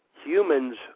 Humans